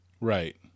Right